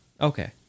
Okay